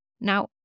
Now